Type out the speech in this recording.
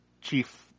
chief